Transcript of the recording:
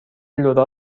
لورا